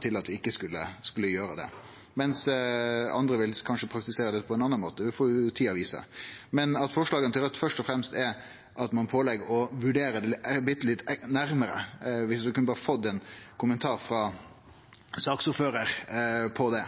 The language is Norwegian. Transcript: til at vi ikkje skulle gjere det. Andre vil kanskje praktisere det på ein annan måte. Det får tida vise. Men forslaga frå Raudt handlar først og fremst om at ein pålegg å vurdere det bitte litt nærmare. Kunne vi fått ein kommentar frå saksordføraren til det?